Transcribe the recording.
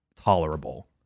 tolerable